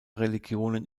religionen